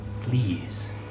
please